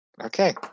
okay